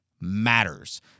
matters